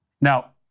Now